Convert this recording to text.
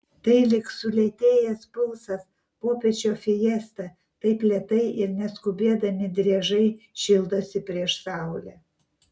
tai lyg sulėtėjęs pulsas popiečio fiesta taip lėtai ir neskubėdami driežai šildosi prieš saulę